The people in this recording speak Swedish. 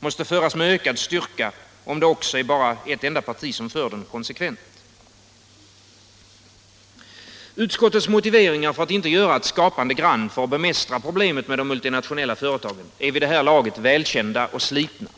måste föras med ökad styrka, om det också bara är ett enda parti som för den konsekvent. Utskottets motiveringar till att inte göra ett skapande grand för att bemästra problemet med de multinationella företagen är vid det här laget välkända och slitna.